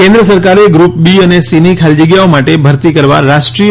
કેન્દ્ર સરકારે group B અને સી ની ખાલી જગ્યાઓ માટે ભરતી કરવા રાષ્ટ્રીય